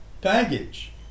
baggage